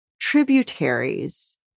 tributaries